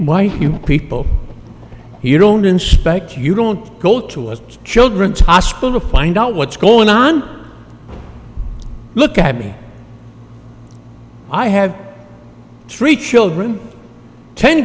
you people you don't inspect you don't go to a children's hospital find out what's going on look at me i have three children ten